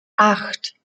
acht